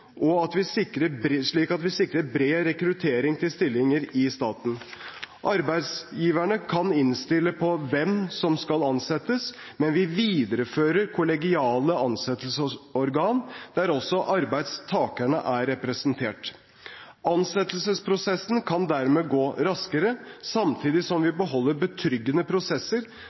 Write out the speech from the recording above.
slik at vi sikrer bred rekruttering til stillinger i staten. Arbeidsgiver kan innstille på hvem som skal ansettes, men vi viderefører kollegiale ansettelsesorgan der også arbeidstakerne er representert. Ansettelsesprosessen kan dermed gå raskere, samtidig som vi beholder betryggende prosesser